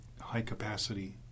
high-capacity